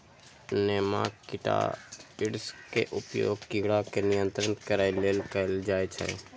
nematicides के उपयोग कीड़ा के नियंत्रित करै लेल कैल जाइ छै